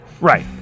Right